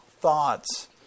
thoughts